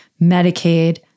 Medicaid